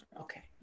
okay